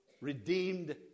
redeemed